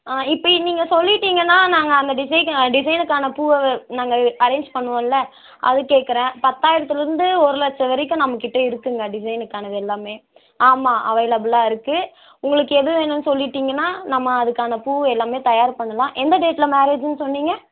ஆ இப்போ நீங்கள் சொல்லிட்டீங்கன்னால் நாங்கள் அந்த டிசைனு டிசைனுக்கான பூவை நாங்கள் அரேஞ்ச் பண்ணுவோம்லே அதுக்கு கேட்குறேன் பத்தாயிரத்திலேருந்து ஒரு லட்சம் வரைக்கும் நம்ம கிட்டே இருக்குதுங்க டிசைனுக்கானது எல்லாமே ஆமாம் அவைலபுளாக இருக்குது உங்களுக்கு எது வேணும்னு சொல்லிட்டீங்கன்னால் நம்ம அதுக்கான பூ எல்லாமே தயார் பண்ணலாம் எந்த டேட்டில் மேரேஜ்ஜினு சொன்னீங்க